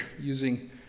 using